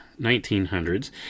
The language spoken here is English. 1900s